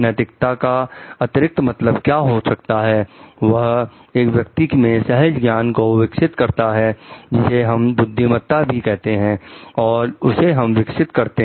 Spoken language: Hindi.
नैतिकता का अतिरिक्त मतलब क्या हो सकता है वह एक व्यक्ति में सहज ज्ञान को विकसित करता है जिसे हम बुद्धिमत्ता भी कहते हैं और उसे हम विकसित करते हैं